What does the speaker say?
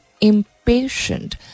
impatient